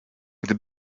gdy